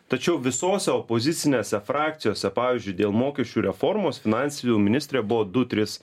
tačiau visose opozicinėse frakcijose pavyzdžiui dėl mokesčių reformos finansų ministrė buvo du tris